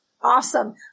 awesome